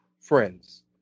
friends